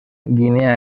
guinea